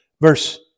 verse